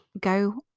go